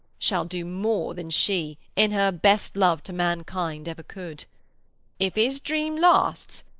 shall do more than she, in her best love to mankind, ever could if his dream lasts,